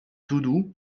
toudoux